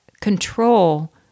control